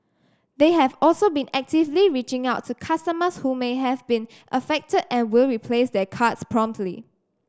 they have also been actively reaching out to customers who may have been affected and will replace their cards promptly